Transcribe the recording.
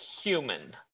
human